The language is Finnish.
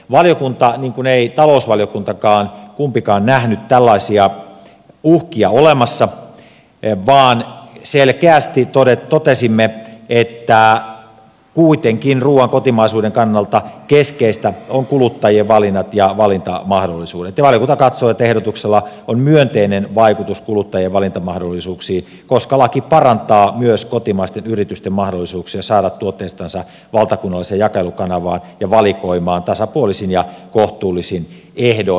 valiokunta ei niin kuin ei talousvaliokuntakaan kumpikaan nähnyt tällaisia uhkia olevan olemassa vaan selkeästi totesimme että kuitenkin ruuan kotimaisuuden kannalta keskeisiä ovat kuluttajien valinnat ja valintamahdollisuudet ja valiokunta katsoo että ehdotuksella on myönteinen vaikutus kuluttajien valintamahdollisuuksiin koska laki parantaa myös kotimaisten yritysten mahdollisuuksia saada tuotteitansa valtakunnalliseen jakelukanavaan ja valikoimaan tasapuolisin ja kohtuullisin ehdoin